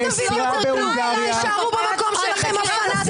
תישארו במקום שלכם.